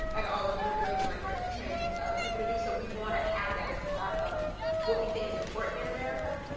like all of you are doing, and like you're training other people to do. so we want to have that as a part of what we think is important in america.